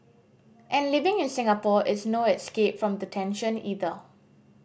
and living in Singapore is no escape from the tension either